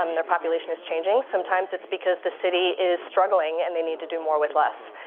um their population is changing. sometimes it's because the city is struggling, and they need to do more with less.